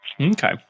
Okay